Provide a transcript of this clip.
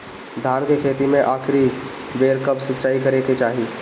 धान के खेती मे आखिरी बेर कब सिचाई करे के चाही?